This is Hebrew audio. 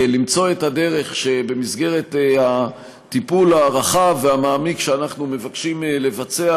למצוא את הדרך שבמסגרת הטיפול הרחב והמעמיק שאנחנו מבקשים לבצע